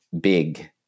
big